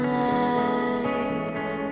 life